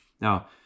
Now